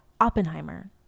Oppenheimer